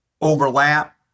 overlap